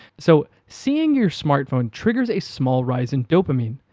so, seeing your smartphone triggers a small rise in dopamine,